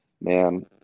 man